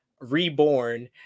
reborn